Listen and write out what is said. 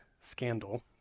scandal